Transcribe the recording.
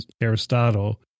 Aristotle